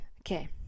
Okay